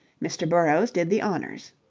mr. burrowes did the honours.